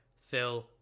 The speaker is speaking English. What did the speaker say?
Phil